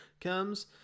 comes